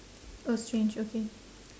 orh strange okay